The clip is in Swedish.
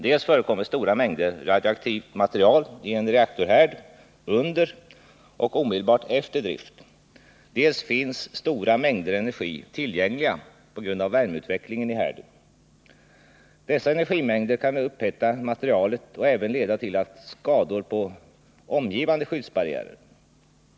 Dels förekommer stora mängder radioaktivt material i en reaktorhärd under och omedelbart efter drift, dels finns stora mängder energi tillgängliga på grund av värmeutvecklingen i härden. Dessa energimängder kan upphetta materialet och även leda till skador på omgivande skyddsbarriärer.